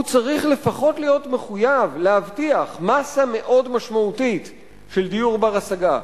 הוא צריך לפחות להיות מחויב להבטיח מאסה מאוד משמעותית של דיור בר-השגה,